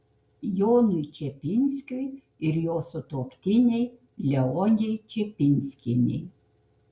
jonui čepinskiui ir jo sutuoktinei leonei čepinskienei